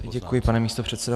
Děkuji, pane místopředsedo.